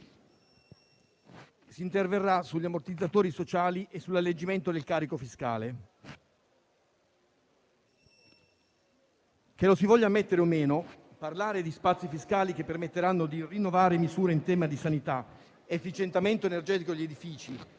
Si interverrà sugli ammortizzatori sociali e sull'alleggerimento del carico fiscale». *(Brusìo. Richiami del Presidente)*. Che lo si voglia ammettere o meno, parlare di spazi fiscali che permetteranno di rinnovare misure in tema di sanità, efficientamento energetico degli edifici,